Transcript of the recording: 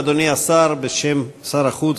אדוני השר, בשם שר החוץ,